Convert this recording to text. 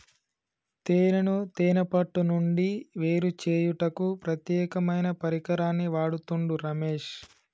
తేనెను తేనే పట్టు నుండి వేరుచేయుటకు ప్రత్యేకమైన పరికరాన్ని వాడుతుండు రమేష్